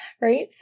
Right